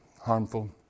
harmful